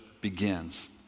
begins